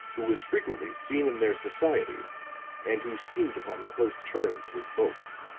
who was frequently seen in their society and who seemed upon close terms with both.